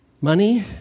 money